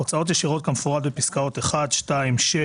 הוצאות ישירות כמפורט בפסקאות (1), (2), (6)